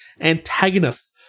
antagonists